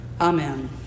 Amen